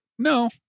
No